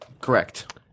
Correct